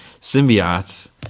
symbiotes